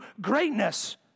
greatness